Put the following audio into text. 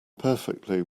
perfectly